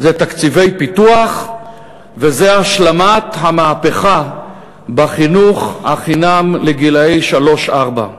זה תקציבי פיתוח וזה השלמת המהפכה בחינוך חינם לגילאי שלוש-ארבע.